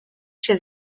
się